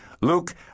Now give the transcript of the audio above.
Luke